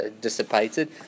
dissipated